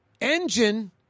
engine